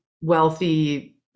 wealthy